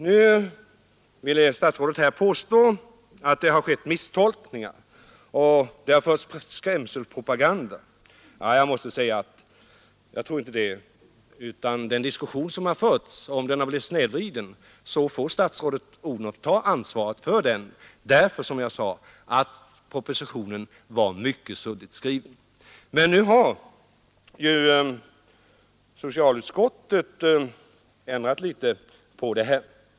Nu ville statsrådet här påstå att det har skett misstolkningar och förts skrämselpropaganda. Men jag tror inte att det är så, utan om den diskussion som förts blivit snedvriden får statsrådet Odhnoff ta ansvaret för det eftersom propositionen — som jag sade — är mycket suddigt skriven. Nu har emellertid socialutskottet gjort vissa ändringar.